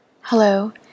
Hello